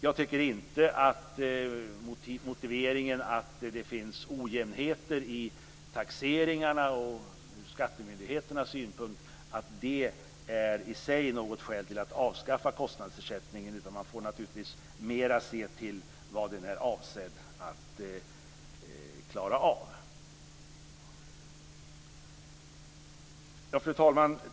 Jag tycker inte att motiveringen att det finns ojämnheter i taxeringarna och skattemyndigheternas synpunkter räcker i sig som skäl att avskaffa kostnadsersättningen. Man får mera se till vad den är avsedd att klara av. Fru talman!